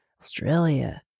Australia